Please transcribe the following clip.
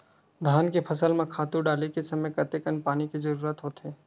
धान के फसल म खातु डाले के समय कतेकन पानी के जरूरत होथे?